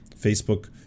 Facebook